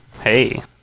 Hey